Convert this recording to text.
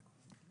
בבקשה.